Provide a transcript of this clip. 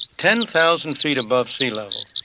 ten thousand feet above sea level.